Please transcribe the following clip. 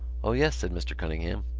o yes, said mr. cunningham.